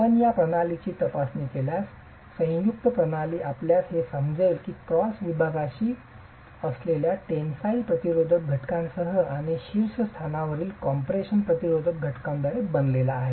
आपण या प्रणालीची तपासणी केल्यास संयुक्त प्रणाली आपल्याला हे समजेल की क्रॉस विभागातळाशी असलेल्या टेन्सिल प्रतिरोधक घटकासह आणि शीर्षस्थानावरील कॉम्प्रेशन प्रतिरोधक घटकांद्वारे बनलेला आहे